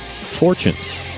fortunes